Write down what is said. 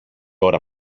ώρα